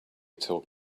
talk